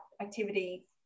activity